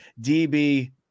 DB